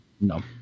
no